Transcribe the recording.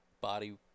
Body